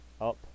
up